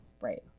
right